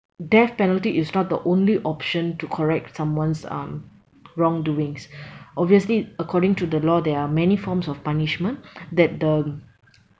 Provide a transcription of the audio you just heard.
death penalty is not the only option to correct someone's um wrong doings obviously according to the law there are many forms of punishment that the